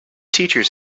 teachers